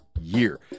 year